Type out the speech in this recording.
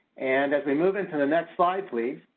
and as we move into the next slide please.